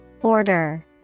Order